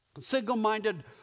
Single-minded